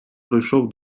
пройшов